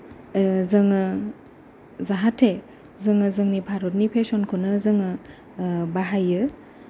ओ जोङो जाहाथे जोङो जोंनि भारतनि फेसनखौनो जोङो ओ बाहायो